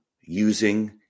using